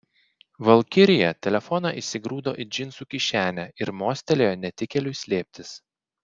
valkirija telefoną įsigrūdo į džinsų kišenę ir mostelėjo netikėliui slėptis